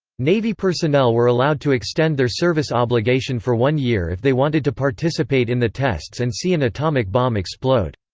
navy personnel were allowed to extend their service obligation for one year if they wanted to participate in the tests and see an atomic bomb explode.